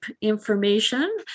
information